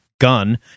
gun